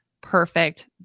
perfect